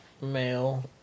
male